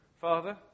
Father